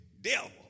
devil